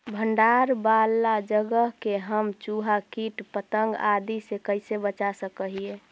भंडार वाला जगह के हम चुहा, किट पतंग, आदि से कैसे बचा सक हिय?